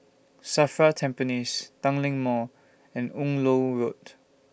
SAFRA Tampines Tanglin Mall and Yung Loh Road